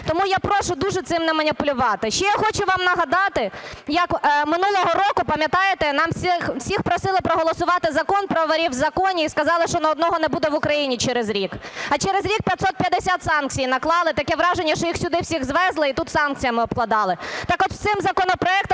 тому я прошу дуже цим не маніпулювати. Ще я хочу вам нагадати, як минулого року, пам'ятаєте, нас всіх просили проголосувати Закон про "ворів в законі" і сказали, що ні одного не буде в Україні через рік, а через рік 550 санкцій наклали, таке враження, що їх сюди всіх звезли і тут санкціями обкладали. Так от з цим законопроектом